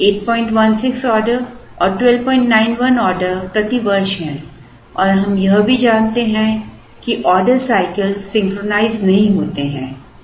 इसलिए 816 ऑर्डर और 1291 ऑर्डर प्रति वर्ष हैं और हम यह भी जानते हैं कि ऑर्डर साइकल सिंक्रनाइज़ नहीं होते हैं